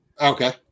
Okay